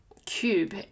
Cube